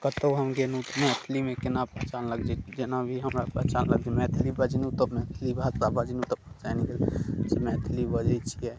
कतहु हम गेलहुँ तऽ मैथिली केना पहचानलक जेना भी हमरा पहचानलक जे मैथिली बजलहुँ तऽ मैथिली भाषा बजलहुँ तऽ पहचानि गेल मैथिली बजैत छियै